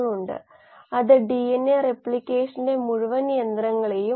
നമുക്ക് ഇവിടെ ഈ S ഉപയോഗിച്ച് ആരംഭിക്കാം